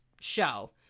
show